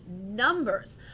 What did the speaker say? numbers